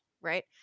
Right